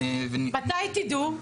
מתי תדעו?